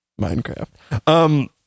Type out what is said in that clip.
Minecraft